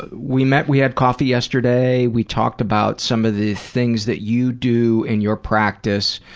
but we met. we had coffee yesterday. we talked about some of the things that you do in your practice,